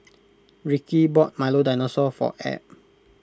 Ricky bought Milo Dinosaur for Ab